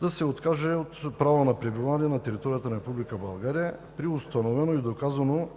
да се откажат от правото на пребиваване на територията на Република България при установено и доказано